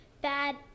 bad